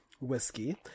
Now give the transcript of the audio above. whiskey